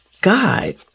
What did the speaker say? God